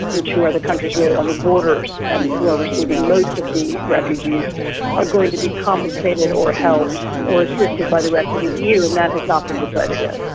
which are the countries really on the borders and who are receiving most of the refugees are going to be compensated or helped or assisted by the rest of the eu, and that has not been decided yet.